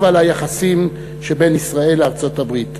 על היחסים שבין ישראל לארצות-הברית.